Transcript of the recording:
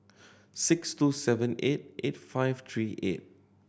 six two seven eight eight five three eight